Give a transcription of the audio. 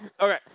Okay